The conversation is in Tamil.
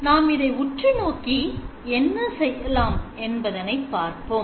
நாம் இதை உற்று நோக்கி என்ன செய்யலாம் என்பதனை பார்ப்போம்